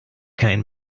kein